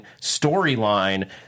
storyline